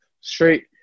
straight